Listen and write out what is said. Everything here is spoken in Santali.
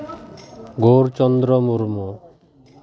ᱜᱳᱣᱩᱨ ᱪᱚᱱᱫᱽᱨᱚ ᱢᱩᱨᱢᱩ